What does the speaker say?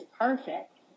perfect